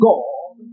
God